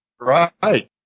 Right